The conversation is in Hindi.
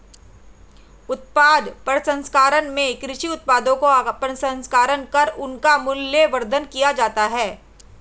उत्पाद प्रसंस्करण में कृषि उत्पादों का प्रसंस्करण कर उनका मूल्यवर्धन किया जाता है